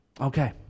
Okay